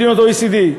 מדינות ה-OECD.